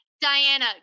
Diana